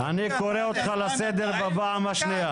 אני קורא אותך לסדר בפעם השנייה.